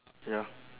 ya